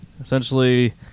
Essentially